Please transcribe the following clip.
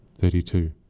thirty-two